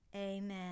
Amen